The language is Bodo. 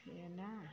आरोना